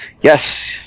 Yes